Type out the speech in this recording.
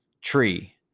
tree